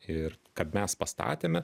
ir kad mes pastatėme